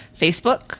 Facebook